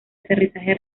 aterrizaje